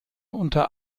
unter